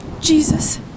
Jesus